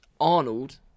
Arnold